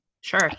Sure